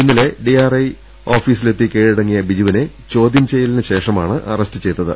ഇന്നലെ D R I ഓഫീസിലെത്തി കീഴടങ്ങിയ ബിജു വിനെ ചോദ്യം ചെയ്യലിനുശേഷമാണ് അറസ്റ്റ് ചെയ്തത്